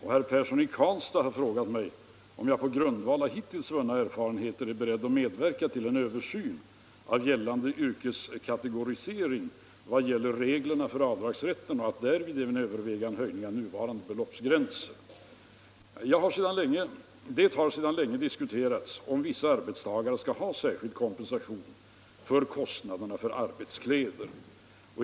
Herr Persson i Karlstad har frågat mig om jag på grundval av hittills vunna erfarenheter är beredd att medverka till en översyn av gällande yrkeskategorisering vad gäller reglerna för avdragsrätten och att därvid även överväga en höjning av nuvarande beloppsgränser. Det har sedan länge diskuterats om vissa arbetstagare skall ha särskild kompensation för kostnader för arbetskläder.